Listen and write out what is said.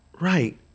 Right